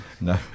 No